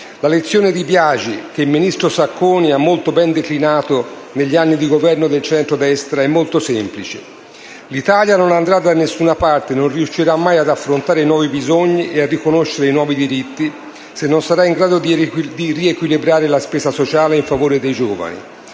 La lezione di Biagi, che il ministro Sacconi ha molto ben declinato negli anni di Governo del centrodestra, è molto semplice: l'Italia non andrà da nessuna parte, non riuscirà mai ad affrontare i nuovi bisogni e a riconoscere i nuovi diritti se non sarà in grado di riequilibrare la spesa sociale in favore dei giovani.